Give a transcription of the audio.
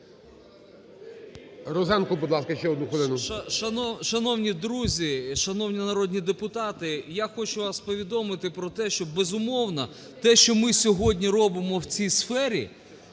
Розенко, будь ласка, ще 1 хвилину. 10:30:37 РОЗЕНКО П.В. Шановні друзі, шановні народні депутати, я хочу вам повідомити про те, що, безумовно, те, що ми сьогодні робимо в цій сфері